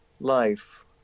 life